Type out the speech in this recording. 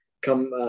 come